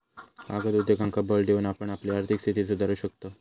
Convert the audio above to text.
कागद उद्योगांका बळ देऊन आपण आपली आर्थिक स्थिती सुधारू शकताव